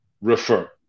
refer